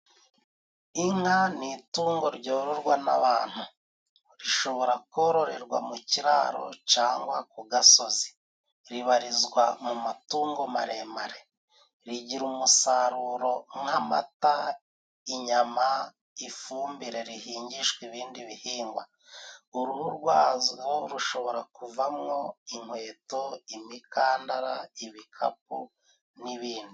Inkaka ni itungo ryororwa n'abantu rishobora kororerwa mu kiraro cangwa ku gasozi ribarizwa mu matungo maremare rigira umusaruro nk'amata, inyama, ifumbire rihingishwa ibindi bihingwa uruhu rwazo rushobora kuvamwo inkweto, imikandara ,ibikapu n'ibindi.